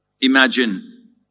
Imagine